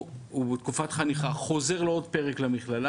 הוא בתקופת חניכה, חוזר למכללה